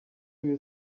you